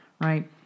right